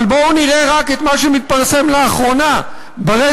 אבל בואו נראה רק מה שמתפרסם לאחרונה ברשת.